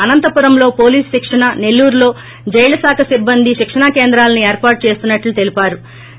అనంతపురంలో పొలీసు శిక్షణ నెల్లూరులో జైళ్ళ శాఖ సిబ్బంది శిక్షణ కేంద్రాలను ఏర్పాటు చేసినట్లు తెలిపపారు